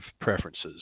preferences